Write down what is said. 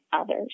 others